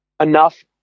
enough